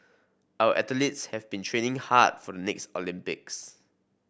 our athletes have been training hard for next Olympics